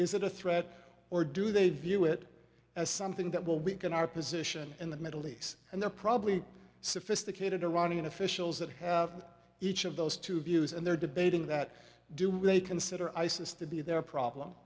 is it a threat or do they view it as something that will weaken our position in the middle east and they're probably sophisticated iranian officials that have each of those two views and they're debating that do we consider isis to be the